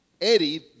Eddie